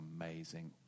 amazing